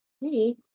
Hey